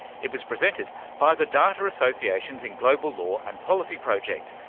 it was presented by the data associations in global law and policy project,